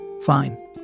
Fine